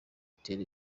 itera